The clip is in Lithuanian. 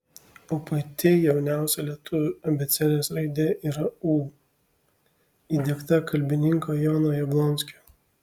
o pati jauniausia lietuvių abėcėlės raidė yra ū įdiegta kalbininko jono jablonskio